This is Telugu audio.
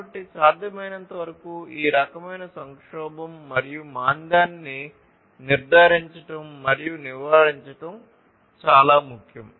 కాబట్టి సాధ్యమైనంతవరకు ఈ రకమైన సంక్షోభం మరియు మాంద్యాన్ని నిర్ధారించడం మరియు నివారించడం చాలా ముఖ్యం